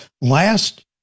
last